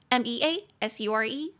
measure